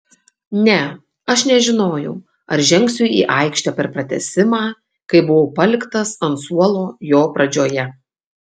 ne aš nežinojau ar žengsiu į aikštę per pratęsimą kai buvau paliktas ant suolo jo pradžioje